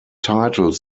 title